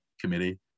committee